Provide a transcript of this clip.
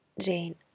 Jane